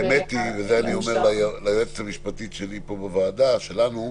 אני אומר ליועצת המשפטית בוועדה שלנו,